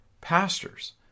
pastors